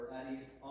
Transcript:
Eddie's